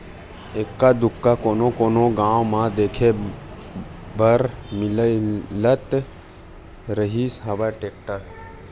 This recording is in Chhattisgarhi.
एक्का दूक्का कोनो कोनो गाँव म देखे बर मिलत रिहिस हवय टेक्टर ह